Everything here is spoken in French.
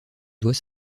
doit